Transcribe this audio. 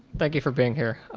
thank you for being here.